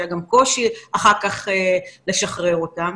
שהיה גם קושי אחר כך לשחרר אותם.